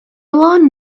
lawn